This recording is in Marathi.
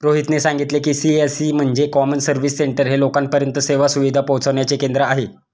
रोहितने सांगितले की, सी.एस.सी म्हणजे कॉमन सर्व्हिस सेंटर हे लोकांपर्यंत सेवा सुविधा पोहचविण्याचे केंद्र आहे